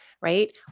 right